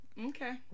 Okay